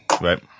right